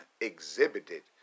exhibited